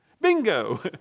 Bingo